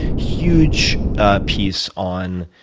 huge ah piece on